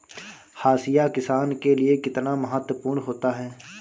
हाशिया किसान के लिए कितना महत्वपूर्ण होता है?